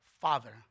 father